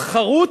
אותו?